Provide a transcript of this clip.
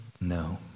no